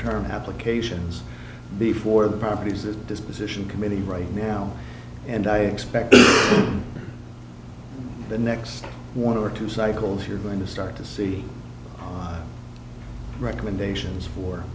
term applications before the properties the disposition committee right now and i expect the next one or two cycles you're going to start to see recommendations for